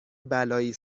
بلایی